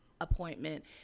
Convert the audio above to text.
appointment